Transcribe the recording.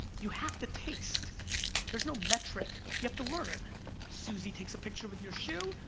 you have to taste there's no metric. you have to learn suzy takes a picture with your shoe.